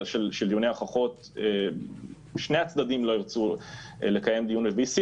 דיוני ההוכחות שני הצדדים לא ירצו לקיים דיון ב-VC,